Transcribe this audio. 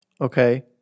Okay